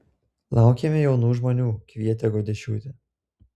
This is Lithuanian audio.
laukiame jaunų žmonių kvietė gaudiešiūtė